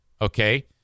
Okay